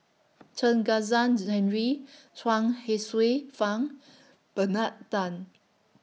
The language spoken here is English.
Chen Kezhan's Henri Chuang Hsueh Fang Bernard Tan